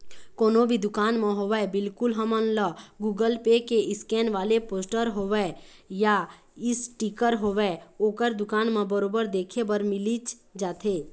कोनो भी दुकान म होवय बिल्कुल हमन ल गुगल पे के स्केन वाले पोस्टर होवय या इसटिकर होवय ओखर दुकान म बरोबर देखे बर मिलिच जाथे